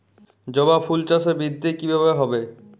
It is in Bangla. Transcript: জবা ফুল চাষে বৃদ্ধি কিভাবে হবে?